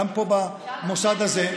גם פה במוסד הזה,